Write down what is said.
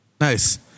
Nice